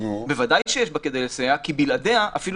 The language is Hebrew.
בוודאי שיש בה כדי לסייע כי בלעדיה אפילו